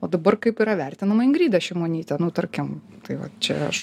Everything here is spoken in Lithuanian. o dabar kaip yra vertinama ingrida šimonytė nu tarkim tai va čia aš